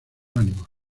ánimos